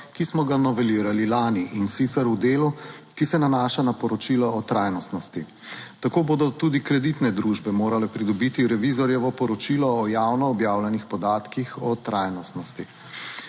ki smo ga novelirali lani, in sicer v delu, ki se nanaša na poročilo o trajnostnosti. Tako bodo tudi kreditne družbe morale pridobiti revizorjevo poročilo o javno objavljenih podatkih o trajnostnosti.